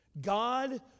God